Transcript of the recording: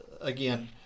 Again